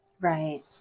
Right